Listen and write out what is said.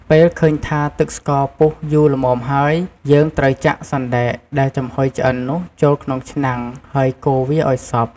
ពេលឃើញថា ទឹកស្ករពុះយូរល្មមហើយ យើងត្រូវចាក់សណ្តែកដែលចំហុយឆ្អិននោះចូលក្នុងឆ្នាំងហើយកូរវាឱ្យសព្វ។